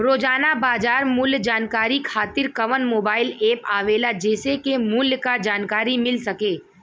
रोजाना बाजार मूल्य जानकारी खातीर कवन मोबाइल ऐप आवेला जेसे के मूल्य क जानकारी मिल सके?